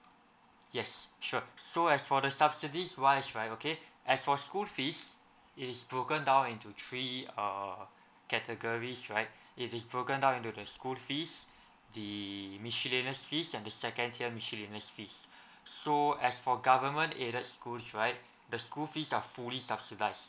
yes sure so as for the subsidies wise right okay as for school fees it's broken down into three err categories right it is broken down into the school fees the miscellaneous fees and the second year miscellaneous fees so as for government aided schools right the school fees are fully subsidised